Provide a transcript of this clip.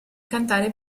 cantare